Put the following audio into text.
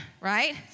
Right